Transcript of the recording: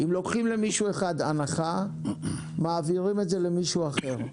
לוקחים למישהו אחד הנחה, מעבירים אותה למישהו אחר.